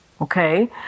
Okay